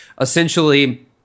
essentially